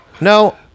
no